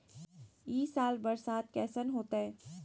ई साल बरसात कैसन होतय?